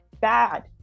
Bad